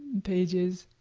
pages,